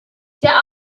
der